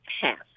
half